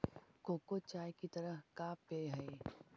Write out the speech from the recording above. cocoa चाय की तरह का पेय हई